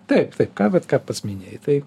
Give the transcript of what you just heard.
taip taip ką vat ką pats minėjai tai